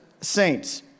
saints